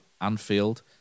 Anfield